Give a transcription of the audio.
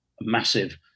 massive